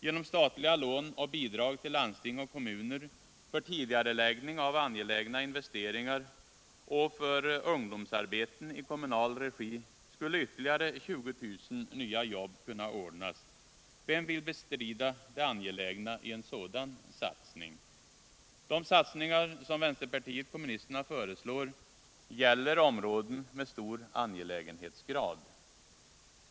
Genom statliga lån och bidrag till landsting och kommuner för tidigareläggning av angelägna investeringar och för ungdomsarbeten i kommunal regi skulle ytterligare 20 000 nya jobb kunna ordnas. Vem vill bestrida det angelägna i en sådan satsning? De satsningar som vänsterpartiet kommunisterna föreslår gäller områden med hög angelägenhetsgrad.